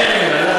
אין פינויים.